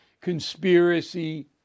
conspiracy